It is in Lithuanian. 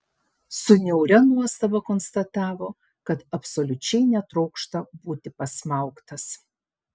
su niauria nuostaba konstatavo kad absoliučiai netrokšta būti pasmaugtas